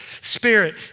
spirit